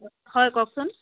হয় কওকচোন